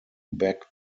back